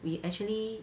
we actually